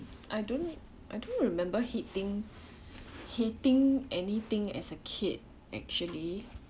I don't I don't remember hating hating anything as a kid actually